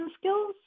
skills